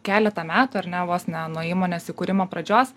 keletą metų ar ne vos ne nuo įmonės įkūrimo pradžios